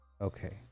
Okay